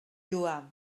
lloar